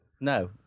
No